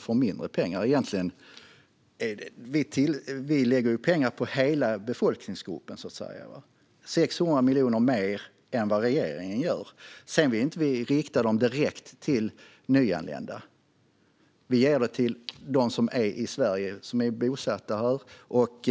får mindre pengar. Vi lägger pengar på hela befolkningsgruppen, 600 miljoner mer än regeringen gör. Men vi vill inte rikta dem direkt till nyanlända. Vi ger pengarna till dem som är i Sverige, som är bosatta här.